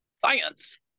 Science